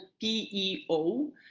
PEO